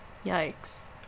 Yikes